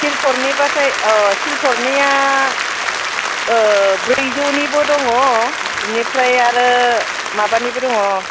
सिलफरनिबाथाय अह सिलफरनिया ब्रैजौनिबो दङ इनिफ्राय आरो माबानिबो दङ